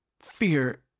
Fear